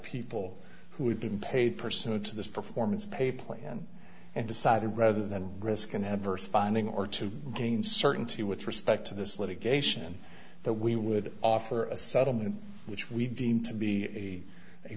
people who had been paid pursuant to this performance pay plan and decided rather than risk and have verse finding or to gain certainty with respect to this litigation that we would offer a settlement which we deem to be a